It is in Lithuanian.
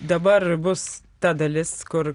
dabar bus ta dalis kur